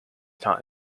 this